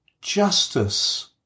Justice